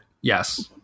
Yes